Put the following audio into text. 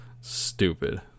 Stupid